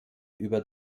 über